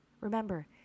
Remember